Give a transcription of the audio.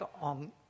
on